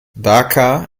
dhaka